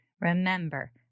remember